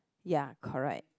ya correct